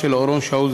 ושל אורון שאול,